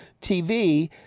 TV